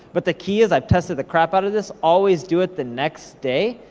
but the key is, i've tested the crap outta this, always do it the next day.